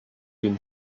been